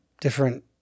different